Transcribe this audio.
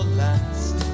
last